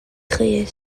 créer